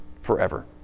forever